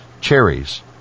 cherries